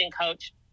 coach